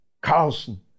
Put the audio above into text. Carlson